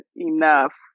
enough